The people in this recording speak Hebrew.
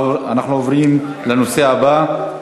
אנחנו עוברים לנושא הבא.